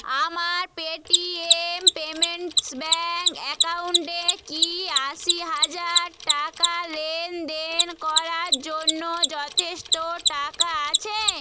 আমার Paytm payments bank অ্যাকাউন্টে কি আশি হাজার টাকা লেনদেন করার জন্য যথেষ্ট টাকা আছে